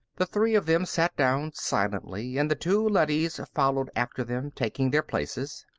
the three of them sat down silently, and the two leadys followed after them, taking their places.